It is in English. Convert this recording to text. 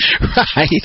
Right